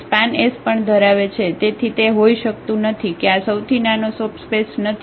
તેથી તેથી તે હોઈ શકતું નથી કે આ સૌથી નાનો સબસ્પેસ નથી